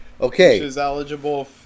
Okay